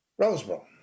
Roseboro